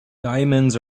diamonds